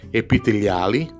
epiteliali